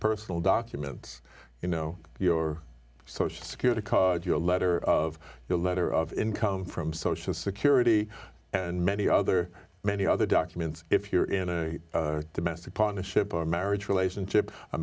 personal documents you know your social security your letter of your letter of income from social security and many other many other documents if you're in a domestic partnership or marriage relationship